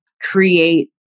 create